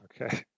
Okay